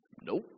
nope